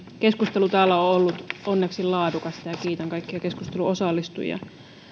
keskustelu täällä on ollut onneksi laadukasta ja kiitän kaikkia keskusteluun osallistujia